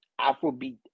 Afrobeat